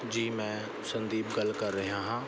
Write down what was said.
ਜੀ ਮੈਂ ਸੰਦੀਪ ਗੱਲ ਕਰ ਰਿਹਾ ਹਾਂ